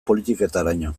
politiketaraino